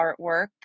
artwork